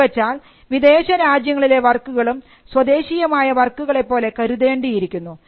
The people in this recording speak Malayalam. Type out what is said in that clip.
എന്ന് വെച്ചാൽ വിദേശരാജ്യങ്ങളിലെ വർക്കുകളും സ്വദേശീയമായ വർക്കുകളെ പോലെ കരുതേണ്ടിയിരിക്കുന്നു